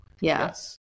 yes